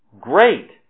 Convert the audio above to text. Great